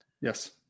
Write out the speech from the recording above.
Yes